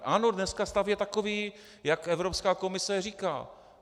Ano, dneska stav je takový, jak Evropská komise říká.